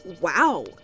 Wow